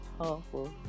Awful